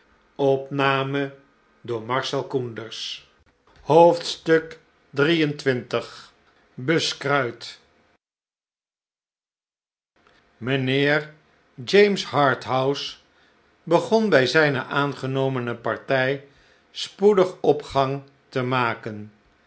xxiil buskkuit mijnheer james harthouse begon bij zijne aangenomene partij spoedig opgang te maken